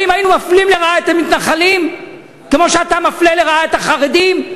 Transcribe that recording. האם היינו מפלים לרעה את המתנחלים כמו שאתה מפלה לרעה את החרדים?